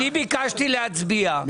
ביקשתי להצביע,